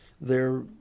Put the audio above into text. They're